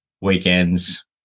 weekends